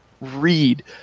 read